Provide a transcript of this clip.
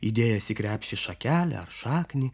įdėjęs į krepšį šakelę ar šaknį